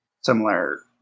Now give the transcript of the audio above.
similar